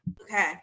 Okay